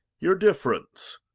your difference?